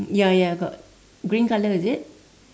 ya ya got green colour is it